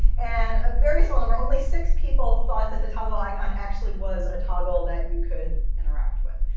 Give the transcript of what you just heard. and a very small number, only six people, thought that the toggle icon actually was a toggle that you could interact with.